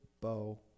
bow